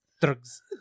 drugs